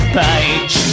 page